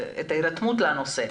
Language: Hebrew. ההירתמות לנושא.